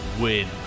win